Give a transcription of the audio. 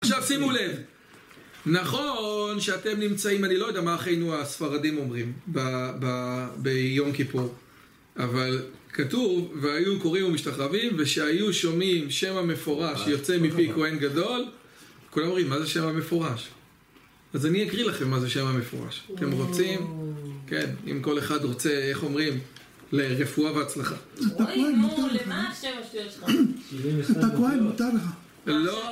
עכשיו שימו לב נכון שאתם נמצאים, אני לא יודע מה אחינו הספרדים אומרים ביום כיפור אבל כתוב, והיו קוראים ומשתחווים, ושהיו שומעים שם המפורש שיוצא מפי כהן גדול כולם אומרים מה זה שם המפורש אז אני אקריא לכם מה זה שם המפורש אתם רוצים, אם כל אחד רוצה, איך אומרים לרפואה וההצלחה אתה כהן מותר לך